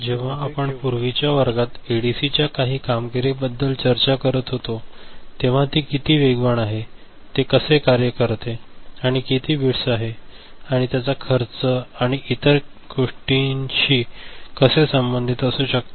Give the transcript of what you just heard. आणि जेव्हा आपण पूर्वीच्या वर्गात एडीसीच्या काही कामगिरीबद्दल चर्चा करत होतो तेव्हा ते किती वेगवान आहे ते कार्य कसे करते किंवा किती बिट्स आहेत आणि त्याचा खर्च आणि इतर गोष्टींशी कसे संबंधित असू शकतात